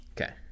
Okay